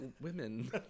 women